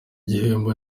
gihembo